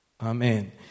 Amen